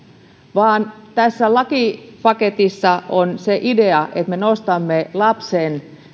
vaan tässä lakipaketissa on se idea että me nostamme lapsen